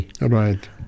Right